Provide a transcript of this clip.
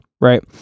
right